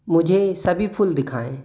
मुझे सभी फूल दिखाएँ